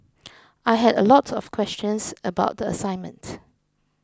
I had a lot of questions about the assignment